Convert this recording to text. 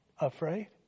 afraid